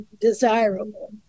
desirable